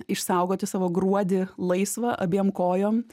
išsaugoti savo gruodį laisvą abiem kojom